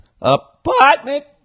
apartment